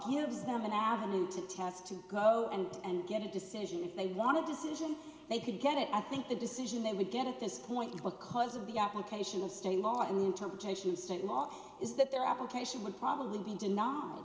gives them an avenue to test to go and get a decision if they want to decision they could get it i think the decision they would get at this point because of the application of state law and interpretation instant law is that their application would probably be denied